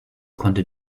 konnte